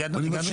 נמשיך הלאה.